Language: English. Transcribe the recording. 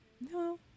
No